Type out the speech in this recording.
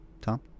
Tom